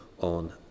on